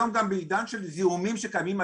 היום גם זה עידן של זיהומים שקיימים,